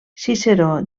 ciceró